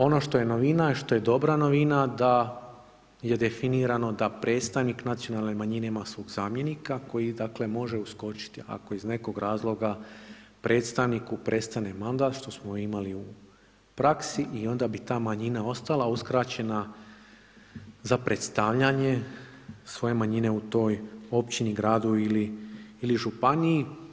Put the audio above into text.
Ono što je novina, što je dobra novina da je definirano da predstavnik nacionalne manjine ima svog zamjenika koji, dakle, može uskočiti ako iz nekog razloga predstavniku prestane mandat, što smo imali u praksi i onda bi ta manjina ostala uskraćena za predstavljanje svoje manjine u toj općini, gradu ili županiji.